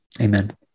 amen